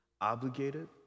obligated